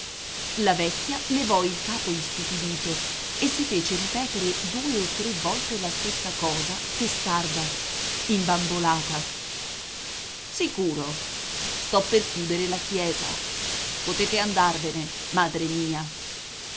la vecchia levò il capo istupidito e si fece ripetere due o tre volte la stessa cosa testarda imbambolata sicuro sto per chiudere la chiesa potete andarvene madre mia